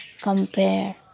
compare